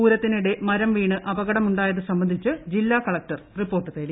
പൂരത്തിനിടെ മരം വീണ് അപകടമുണ്ടായത് സംബന്ധിച്ച് ജില്ലാ കളക്ടർ റിപ്പോർട്ട് തേടി